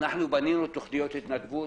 בנינו תכניות התנדבות,